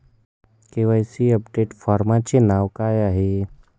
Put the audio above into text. KYC update फॉर्मचे नाव काय आहे?